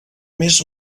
més